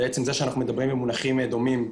ובעצם זה שאנחנו מדברים במונחים דומים,